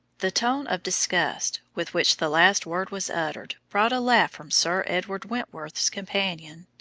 the tone of disgust with which the last word was uttered brought a laugh from sir edward wentworth's companion,